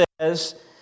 says